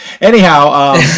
Anyhow